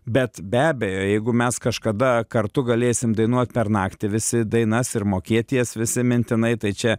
bet be abejo jeigu mes kažkada kartu galėsim dainuot per naktį visi dainas ir mokėt jas visi mintinai tai čia